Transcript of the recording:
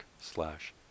slash